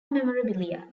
memorabilia